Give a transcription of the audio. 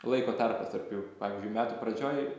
laiko tarpas tarp jų pavyzdžiui metų pradžioj